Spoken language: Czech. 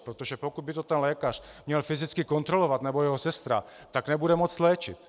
Protože pokud by to ten lékař měl fyzicky kontrolovat, nebo jeho sestra, tak nebude moct léčit.